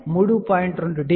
2 dB